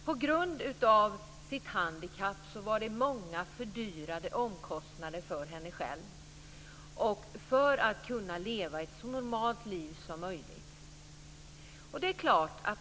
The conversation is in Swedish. På grund av sitt handikapp hade hon många fördyrande omkostnader för att kunna leva ett så normalt liv som möjligt.